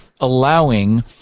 allowing